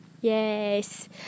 yes